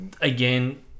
again